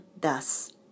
thus